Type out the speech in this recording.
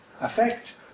affect